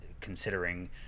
Considering